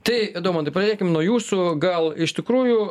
tai daumantai pradėkim nuo jūsų gal iš tikrųjų